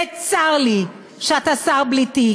וצר לי שאתה שר בלי תיק,